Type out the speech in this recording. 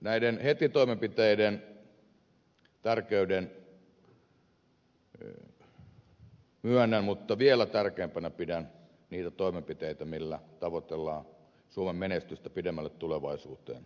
näiden heti toimenpiteiden tärkeyden myönnän mutta vielä tärkeämpinä pidän niitä toimenpiteitä millä tavoitellaan suomen menestystä pidemmälle tulevaisuuteen